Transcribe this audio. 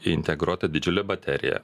integruota didžiulė baterija